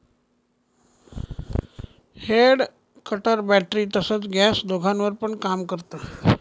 head cutter battery तसच gas दोघांवर पण काम करत